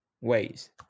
ways